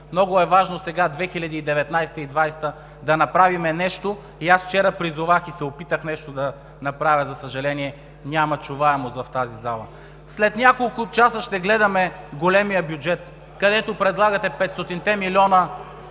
Много е важно сега, 2019 – 2020 г., да направим нещо. Аз вчера призовах и се опитах нещо да направя, за съжаление, няма чуваемост в тази зала. След няколко часа ще гледаме големия бюджет, където предлагате петстотинте